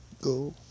go